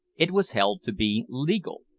it was held to be legal,